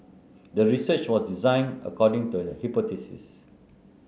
the research was design according to the hypothesis